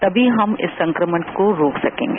तभी हम इस संक्रमण को रोक सकेंगे